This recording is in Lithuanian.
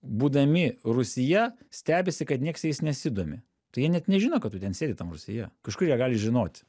būdami rusyje stebisi kad nieks jais nesidomi tai jie net nežino kad tu ten sėdi tam rusyje iš kur jie gali žinoti